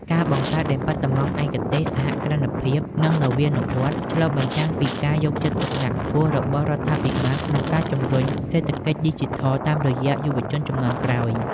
ការបង្កើតដេប៉ាតឺម៉ង់ឯកទេស "សហគ្រិនភាព និងនវានុវត្តន៍" ឆ្លុះបញ្ចាំងពីការយកចិត្តទុកដាក់ខ្ពស់របស់រដ្ឋាភិបាល ក្នុងការជម្រុញសេដ្ឋកិច្ចឌីជីថលតាមរយៈយុវជនជំនាន់ក្រោយ។